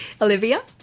Olivia